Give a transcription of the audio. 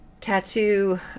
tattoo